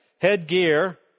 Headgear